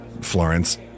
Florence